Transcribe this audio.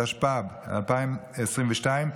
התשפ"ב 2022,